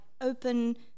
open